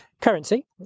Currency